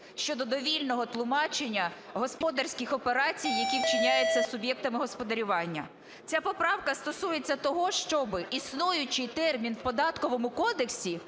щодо довільного тлумачення господарських операцій, які вчиняються суб'єктами господарювання. Ця поправка стосується того, щоби існуючий термін в Податковому кодексі